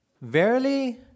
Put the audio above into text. Verily